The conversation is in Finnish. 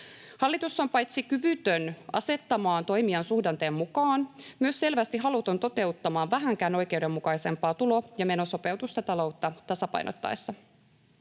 Hallitus on paitsi kyvytön asettamaan toimiaan suhdanteen mukaan myös selvästi haluton toteuttamaan vähänkään oikeudenmukaisempaa tulo- ja menosopeutusta taloutta tasapainottaessa.